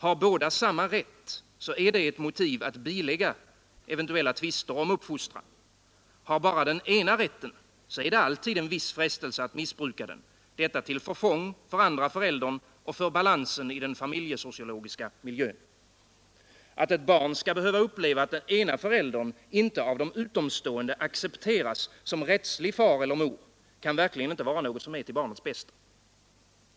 Har båda samma rätt, är det ett motiv att bilägga eventuella tvister om uppfostran. Har bara den ena rätten, är det alltid en viss frestelse att missbruka den, detta till förfång för den andra föräldern och för balansen i den familjesociologiska miljön. Att ett barn skall behöva uppleva att den ena föräldern inte av utomstående accepteras som rättslig far eller mor kan verkligen inte vara något som är till barnets bästa.